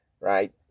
right